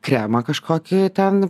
kremą kažkokį ten